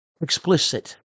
explicit